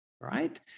right